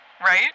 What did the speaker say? Right